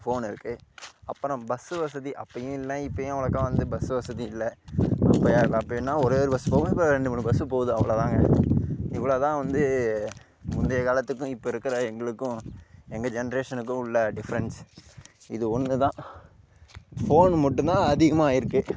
phone இருக்குது அப்புறம் bus வசதி அப்போயும் இல்லை இப்போயும் அவ்வளக்கா வந்து பஸ்ஸு வசதி இல்லை அப்போ என்ன ஒரே ஒரு பஸ் இப்போ ரெண்டு மூணு பஸ்ஸு போகுது அவ்வளோதாங்க இவ்வளோ தான் வந்து முந்தைய காலத்துக்கும் இப்போ இருக்கின்ற எங்களுக்கும் எங்கள் ஜென்ரேஷனுக்கும் உள்ள டிஃப்ரெண்ட்ஸ் இது ஒன்று தான் ஃபோனு மட்டும்தான் அதிகமாக ஆயிருக்கு